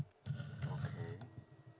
okay